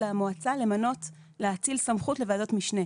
למועצה למנות ולהאציל סמכות לוועדות משנה.